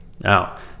Now